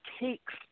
takes